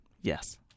Yes